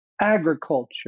agriculture